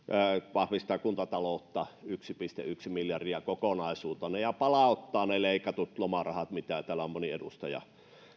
vahvistaa kuntataloutta yksi pilkku yksi miljardia kokonaisuutena ja palauttaa ne leikatut lomarahat minkä täällä on moni edustaja